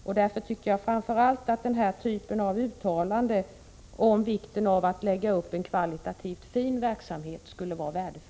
Det vore därför värdefullt med ett uttalande om vikten av att man åstadkommer en verksamhet med kvalitet.